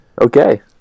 Okay